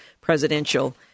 presidential